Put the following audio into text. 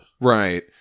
Right